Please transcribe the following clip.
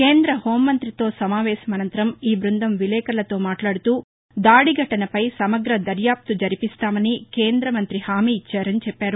కేంద్ర హోంమంతితో సమావేశానంతరం ఈ బృందం విలేకరులతో మాట్లాదుతూ ఈ దాడి ఘటనపై సమగ్ర దర్యాప్త జరిపిస్తామని కేంద్రమంత్రి హామీ ఇచ్చారని చెప్పారు